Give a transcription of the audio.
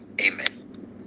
Amen